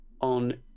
on